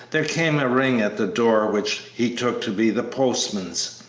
there came a ring at the door which he took to be the postman's.